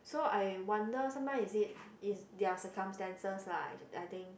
so I wonder sometimes is it is their circumstances lah I I think